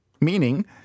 meaning